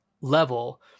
level